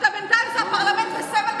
אתה בינתיים בפרלמנט עם סמל מדינת ישראל פה.